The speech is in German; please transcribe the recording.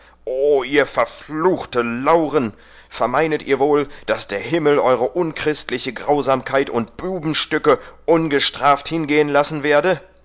ihr verfluchte lauren vermeinet ihr wohl daß der himmel eure unchristliche grausamkeit und bubenstücke ungestraft hingehen lassen werde